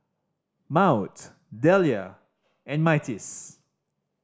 Maud Delia and Myrtis